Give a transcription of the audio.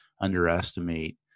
underestimate